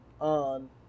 on